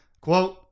Quote